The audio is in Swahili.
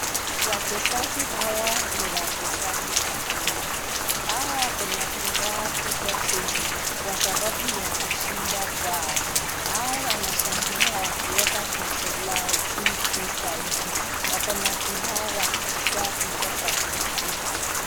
Wachezaji hawa ni wachezaji wa kenya, hawa wakona furaha kubwa tele, kwa sababu ya kushinda kwao hawa wanashangilia wakiweka tozo lao juu juu zaidi, wakona furaha wakijukua picha ya kumbukumbu.